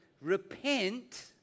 repent